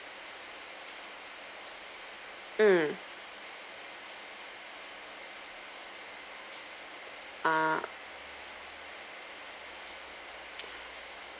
mm uh